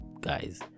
guys